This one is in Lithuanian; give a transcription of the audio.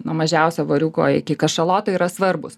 nuo mažiausio voriuko iki kašalotai yra svarbūs